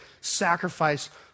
sacrifice